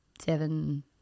seven